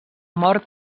mort